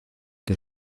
que